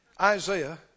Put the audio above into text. Isaiah